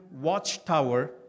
watchtower